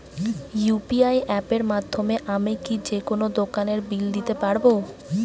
UPI অ্যাপের মাধ্যমে আমি কি যেকোনো দোকানের বিল দিতে পারবো?